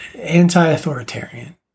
anti-authoritarian